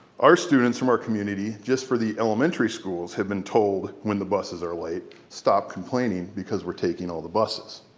our students from our community, just for the elementary schools have been told when the buses are late, stop complaining because we're taking all the buses,